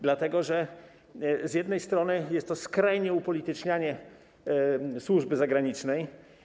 Dlatego że z jednej strony jest to skrajne upolitycznianie służby zagranicznej.